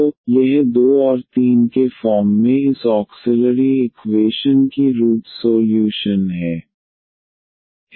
तो यह 2 और 3 के फॉर्म में इस ऑक्सिलरी इक्वेशन की रूट सोल्यूशन है